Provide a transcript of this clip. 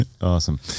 awesome